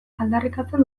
aldarrikatzen